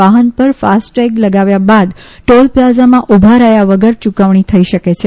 વાહન પર FASTag લગાવ્યા બાદ ટોલ પ્લાઝામાં ઊભા રહ્યા વગર યૂકવણી થઈ શકે છે